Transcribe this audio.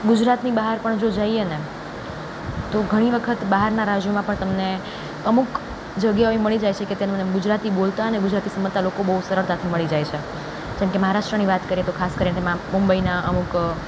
ગુજરાતની બહાર પણ જો જઈએને તો ઘણી વખત બહારના રાજ્યોમાં પણ તમને અમુક જગ્યાએ મળી જાય છે કે તેમને ગુજરાતી બોલતા અને ગુજરાતી સમજતા લોકો બહુ સરળતાથી મળી જાય છે જેમ કે મહારાષ્ટ્રની વાત કરીએ તો ખાસ કરીને માં મુંબઈના અમુક